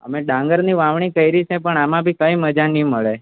ડાંગરની વાવણી કયરી છે પણ આમાં બી કઈ મજા નહીં મળે